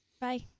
Bye